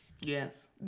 Yes